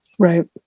Right